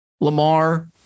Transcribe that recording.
Lamar